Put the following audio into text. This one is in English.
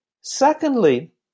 secondly